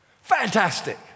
Fantastic